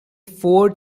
four